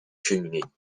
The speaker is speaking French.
cheminées